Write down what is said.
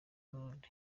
n’undi